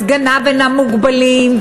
וסגניו אינם מוגבלים,